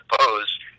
suppose